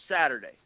Saturday